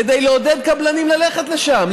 כדי לעודד קבלנים ללכת לשם.